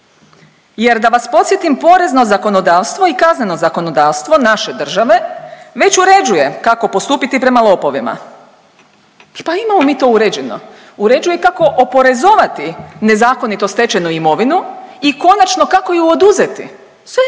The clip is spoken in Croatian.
Jer da vas podsjetim, porezno zakonodavstvo i kazneno zakonodavstvo naše države već uređuje kako postupiti prema lopovima. Pa imamo mi to uređeno, uređuje kako oporezovati nezakonito stečenu imovinu i konačno kako ju oduzeti, sve mi to